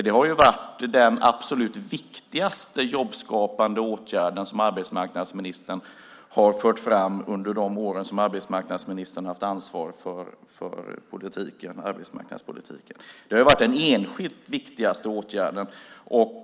Det har ju varit den absolut viktigaste jobbskapande åtgärd som arbetsmarknadsministern har fört fram under de år då arbetsmarknadsministern har haft ansvar för arbetsmarknadspolitiken. Det har varit den enskilt viktigaste åtgärden.